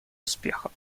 успехов